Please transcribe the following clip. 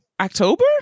october